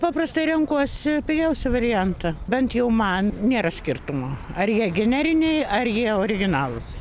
paprastai renkuosi pigiausią variantą bent jau man nėra skirtumo ar jie generiniai ar jie originalūs